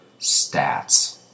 stats